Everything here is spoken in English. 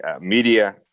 media